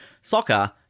soccer